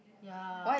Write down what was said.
ya